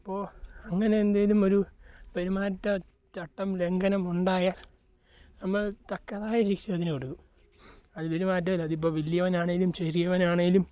അപ്പോൾ അങ്ങനെ എന്തെങ്കിലും ഒരു പെരുമാറ്റ ചട്ടം ലംഘനം ഉണ്ടായാൽ നമ്മൾ തക്കതായ ശിക്ഷ തന്നെ കൊടുക്കും അതിനൊരു മാറ്റവും ഇല്ല അതിപ്പോൾ വലിയവൻ ആണെങ്കിലും ചെറിയവൻ ആണെങ്കിലും